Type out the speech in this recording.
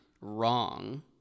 wrong